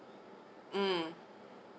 mm